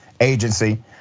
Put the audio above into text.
Agency